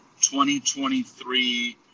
2023